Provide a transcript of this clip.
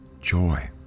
joy